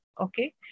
okay